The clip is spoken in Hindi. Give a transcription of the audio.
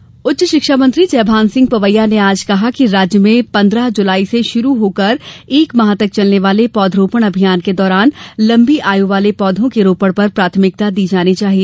पवैया उच्च शिक्षा मंत्री जयभान सिंह पवैया ने आज कहा कि राज्य में पन्द्रह जुलाई से शुरू होकर एक माह तक चलने वाले पौधरोपण अभियान के दौरान लंबी आय वाले पौधों के रोपण पर प्राथमिकता दी जाना चाहिए